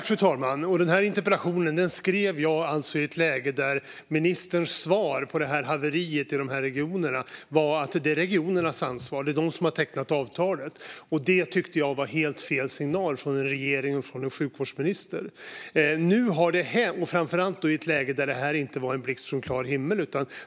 Fru talman! Jag skrev interpellationen i ett läge där ministerns svar på haveriet i de här regionerna var: Det är regionernas ansvar. Det är de som har tecknat avtalet. Det tyckte jag var helt fel signal från en regering och från en sjukvårdsminister, framför allt i ett läge där detta inte kom som en blixt från klar himmel.